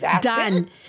Done